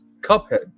Cuphead